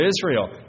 Israel